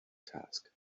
task